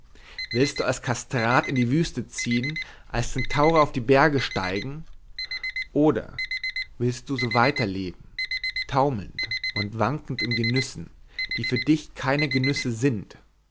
willst du als kastrat in die wüste ziehn als centaur auf die berge steigen oder willst du so weiter leben taumelnd und wankend in genüssen die für dich keine genüsse sind